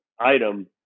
item